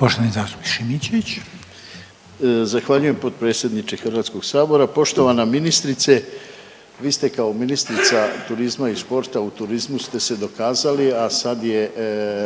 Rade (HDZ)** Zahvaljujem potpredsjedniče Hrvatskog sabora. Poštovana ministrice, vi ste kao ministrica i sporta u turizmu ste se dokazali, a sad je